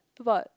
to but